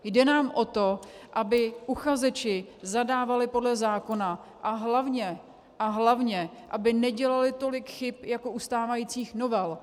Jde nám o to, aby uchazeči zadávali podle zákona a hlavně, hlavně aby nedělali tolik chyb jako u stávajících novel.